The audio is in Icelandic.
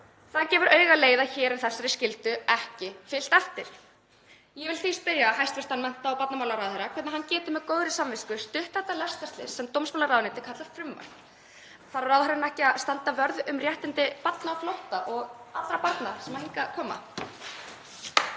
Það gefur augaleið að hér er þessari skyldu ekki fylgt eftir. Ég vil því spyrja hæstv. mennta- og barnamálaráðherra hvernig hann getur með góðri samvisku stutt þetta lestarslys sem dómsmálaráðuneytið kallar frumvarp. Þarf ráðherrann ekki að standa vörð um réttindi barna á flótta og allra barna sem hingað koma?